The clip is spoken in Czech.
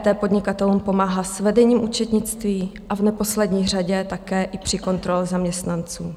EET podnikatelům pomáhá s vedením účetnictví a v neposlední řadě i při kontrole zaměstnanců.